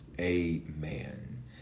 amen